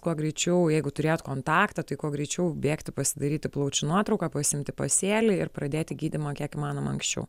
kuo greičiau jeigu turėjot kontaktą tai kuo greičiau bėgti pasidaryti plaučių nuotrauką paimti pasėlį ir pradėti gydymą kiek įmanoma anksčiau